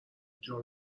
جام